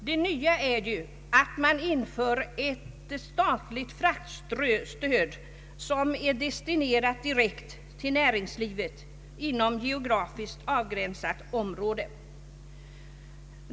Det nya är ju att man inför ett statligt fraktstöd som är destinerat direkt till näringslivet inom geografiskt avgränsat område.